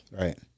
Right